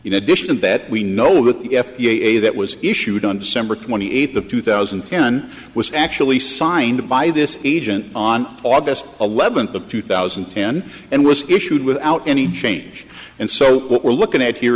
know addition and that we know that the f d a that was issued on december twenty eighth of two thousand and ten was actually signed by this agent on august eleventh of two thousand and ten and was issued without any change and so what we're looking at here